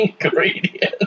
ingredients